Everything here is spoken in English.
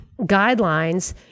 guidelines